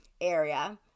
area